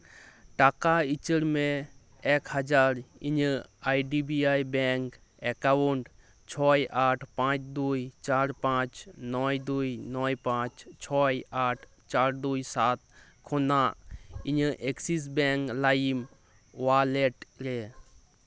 ᱴᱟᱠᱟ ᱩᱪᱟᱹᱲ ᱢᱮ ᱮᱠ ᱦᱟᱡᱟᱨ ᱤᱧᱟᱹᱜ I D B I bank account ᱪᱷᱚᱭ ᱟᱴ ᱯᱟᱸᱪ ᱫᱩᱭ ᱪᱟᱨ ᱯᱟᱸᱪ ᱱᱚᱭ ᱫᱩᱭ ᱱᱚᱭ ᱯᱟᱸᱪ ᱪᱷᱚᱭ ᱟᱴ ᱪᱟᱨ ᱫᱩᱭ ᱥᱟᱛ ᱠᱷᱚᱱᱟᱜ ᱤᱧᱟᱹᱜ ᱮᱠᱥᱤᱥ ᱵᱮᱝᱠ ᱞᱟᱭᱤᱢ ᱳᱣᱟᱞᱮᱴ ᱨᱮ